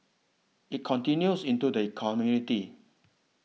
it continues into the community